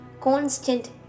constant